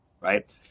Right